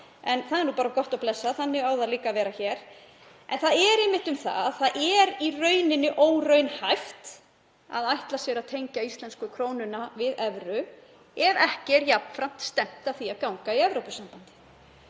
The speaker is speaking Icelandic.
en það er bara gott og blessað. Þannig á það líka að vera hér. En það er í rauninni óraunhæft að ætla sér að tengja íslensku krónuna við evru ef ekki er jafnframt stefnt að því að ganga í Evrópusambandið.